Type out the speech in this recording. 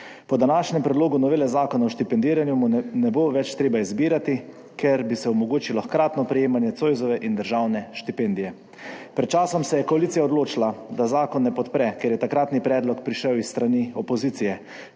Po današnjem predlogu novele Zakona o štipendiranju mu ne bo več treba izbirati, ker bi se omogočilo hkratno prejemanje Zoisove in državne štipendije. Pred časom se je koalicija odločila, da zakona ne podpre, ker je takratni predlog prišel s strani opozicije,